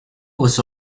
was